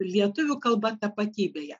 lietuvių kalba tapatybėje